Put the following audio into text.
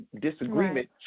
Disagreement